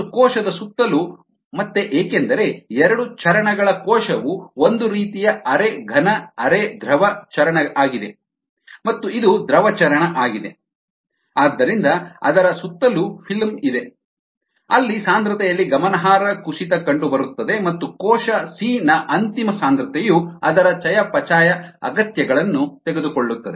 ಮತ್ತು ಕೋಶದ ಸುತ್ತಲೂ ಮತ್ತೆ ಏಕೆಂದರೆ ಎರಡು ಚರಣ ಗಳ ಕೋಶವು ಒಂದು ರೀತಿಯ ಅರೆ ಘನ ಅರೆ ದ್ರವ ಚರಣ ಆಗಿದೆ ಮತ್ತು ಇದು ದ್ರವ ಚರಣ ಆಗಿದೆ ಆದ್ದರಿಂದ ಅದರ ಸುತ್ತಲೂ ಫಿಲ್ಮ್ ಇದೆ ಅಲ್ಲಿ ಸಾಂದ್ರತೆಯಲ್ಲಿ ಗಮನಾರ್ಹ ಕುಸಿತ ಕಂಡುಬರುತ್ತದೆ ಮತ್ತು ಕೋಶ ಸಿ ನ ಅಂತಿಮ ಸಾಂದ್ರತೆಯು ಅದರ ಚಯಾಪಚಯ ಅಗತ್ಯಗಳನ್ನು ತೆಗೆದುಕೊಳ್ಳುತ್ತದೆ